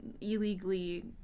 illegally